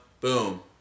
boom